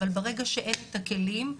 אבל ברגע שאין את הכלים,